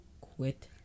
Quit